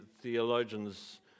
theologians